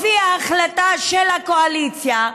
לפי ההחלטה של הקואליציה,